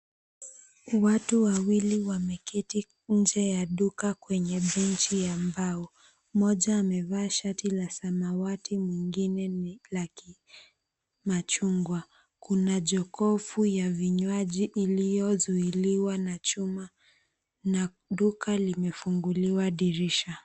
Watu wawili wameketi nje ya duka kwenye benchi ya mbao. Mmoja amevaa shati la samawati, mwingine ni la kimachungwa. Kuna jokofu ya vinywaji iliyozuiliwa na chuma na duka limefunguliwa dirisha.